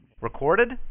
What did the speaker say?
Recorded